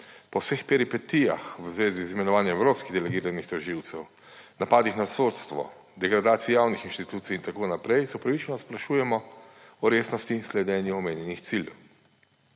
po vseh peripetijah v zvezi z imenovanjem evropskih delegiranih tožilcev, napadih na sodstvo, degradacije javnih inštitucij, itn., se opravičeno sprašujemo o resnosti in sledenju omenjenih ciljev.